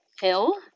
Hill